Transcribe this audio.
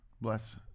Bless